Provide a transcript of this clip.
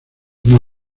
una